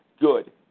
Good